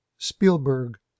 spielberg